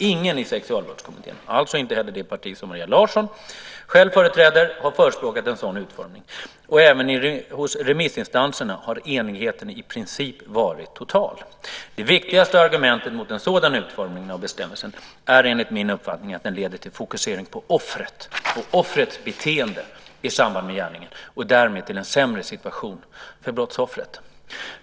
Ingen i Sexualbrottskommittén - alltså inte heller det parti som Maria Larsson själv företräder - har förespråkat en sådan utformning, och även hos remissinstanserna har enigheten i princip varit total. Det viktigaste argumentet mot en sådan utformning av bestämmelsen är enligt min uppfattning att den leder till fokusering på offret och offrets beteende i samband med gärningen och därmed till en sämre situation för brottsoffret.